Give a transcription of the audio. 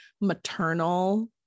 maternal